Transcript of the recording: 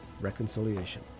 reconciliation